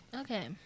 Okay